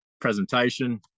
presentation